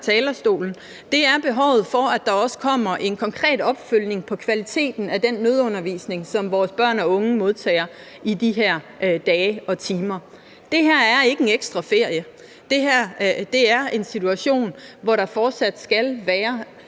talerstolen. Der er behovet for, at der også kommer en konkret opfølgning på kvaliteten af den nødundervisning, som vores børn og unge modtager i de her dage og timer. Det her er ikke en ekstra ferie. Det her er en situation, hvor der fortsat skal være